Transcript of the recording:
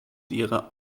ihrer